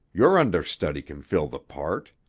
your understudy can fill the part.